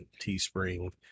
Teespring